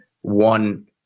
one